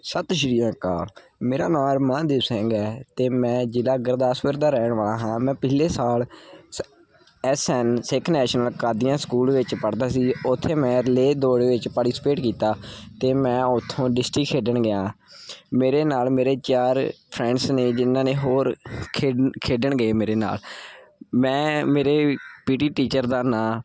ਸਤਿ ਸ਼੍ਰੀ ਅਕਾਲ ਮੇਰਾ ਨਾਮ ਮਹਾਦੇਵ ਸਿੰਘ ਹੈ ਅਤੇ ਮੈਂ ਜ਼ਿਲ੍ਹਾ ਗੁਰਦਾਸਪੁਰ ਦਾ ਰਹਿਣ ਵਾਲਾ ਹਾਂ ਮੈਂ ਪਿਛਲੇ ਸਾਲ S S N Sikh National Qadian School ਵਿੱਚ ਪੜ੍ਹਦਾ ਸੀ ਉੱਥੇ ਮੈਂ ਰਿਲੇਅ ਦੌੜ ਵਿੱਚ ਪਾਰਟੀਸਪੇਟ ਕੀਤਾ ਅਤੇ ਮੈਂ ਉੱਥੋਂ ਡਿਸਟਰਿਕਟ ਖੇਡਣ ਗਿਆ ਮੇਰੇ ਨਾਲ ਮੇਰੇ ਚਾਰ ਫਰੈਂਡਸ ਨੇ ਜਿਹਨਾਂ ਨੇ ਹੋਰ ਖੇਡ ਖੇਡਣ ਗਏ ਮੇਰੇ ਨਾਲ ਮੈਂ ਮੇਰੇ ਪੀ ਟੀ ਟੀਚਰ ਦਾ ਨਾਂ